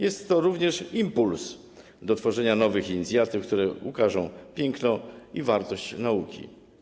Jest to również impuls do tworzenia nowych inicjatyw, które ukażą piękno i wartość nauki.